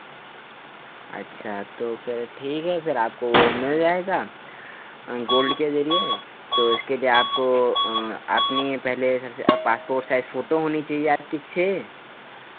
अच्छा तो फिर ठीक है फिर आपको वो मिल जाएगा गोल्ड के ज़रिए तो इसके लिए आपको अपनी पहले सबसे पासपोर्ट साइज़ फ़ोटो होनी चहिए आपकी छः